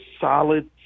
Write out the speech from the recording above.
solid